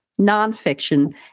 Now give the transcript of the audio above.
nonfiction